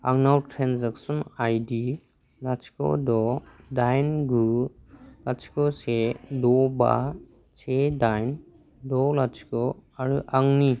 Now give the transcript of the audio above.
आंनाव transaction ID लाथिख' द' दाइन गु लाथिख' से द' बा से दाइन द' लाथिख' आरो आंनि